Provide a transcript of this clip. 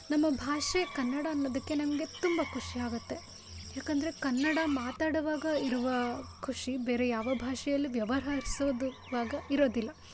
ನಮ್ಮ ಭಾಷೆ ಕನ್ನಡ ಅನ್ನೋದಕ್ಕೆ ನಮಗೆ ತುಂಬ ಖುಷಿ ಆಗುತ್ತೆ ಯಾಕಂದರೆ ಕನ್ನಡ ಮಾತಾಡುವಾಗ ಇರುವ ಖುಷಿ ಬೇರೆ ಯಾವ ಭಾಷೆಯಲ್ಲಿ ವ್ಯವಹರಿಸೋದು ವಾಗ ಇರೋದಿಲ್ಲ